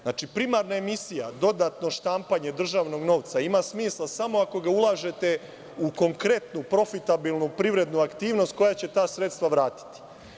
Znači, primarna emisija, dodatno štampanje državnog novca ima smisla samo ako ga ulažete u konkretnu profitabilnu privrednu aktivnost koja će ta sredstva vratiti.